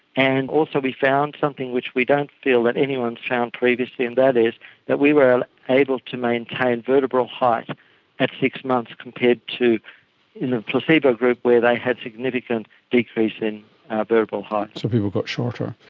and also we found something which we don't feel that anyone found previously and that is that we were able to maintain kind of vertebral height at six months compared to in the placebo group where they had significant decrease in vertebral height. so people got shorter.